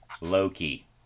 loki